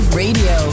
radio